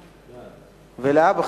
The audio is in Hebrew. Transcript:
ולהבא,